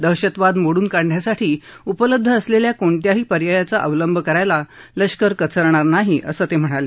दहशतवाद मोडून काढण्यासाठी उपलब्ध असलेल्या कोणत्याही पर्यायाचा अवलंब करायला लष्कर कचरणार नाही असं ते म्हणाले